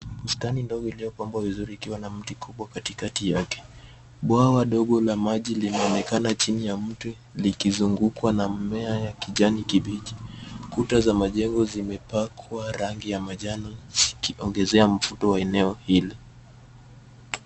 Bustani ndogo iliyopambwa vizuri ikiwa na mti kubwa katikati yake. Bwawa dogo la maji linaonekana chini ya mti likizungukwa na mmea ya kijani kibichi. Kuta za majengo zimepakwa rangi ya manjano zikiongezea mvuto wa eneo hili.